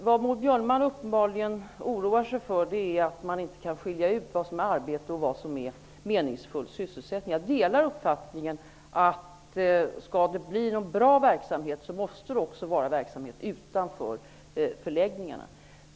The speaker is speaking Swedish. Maud Björnemalm oroar sig uppenbarligen för att man inte skulle kunna skilja mellan vad som är arbete och vad som är meningsfull sysselsättning. Jag delar uppfattningen att om det skall bli en bra verksamhet måste det också vara verksamhet utanför förläggningarna.